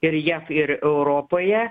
ir jav ir europoje